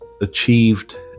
achieved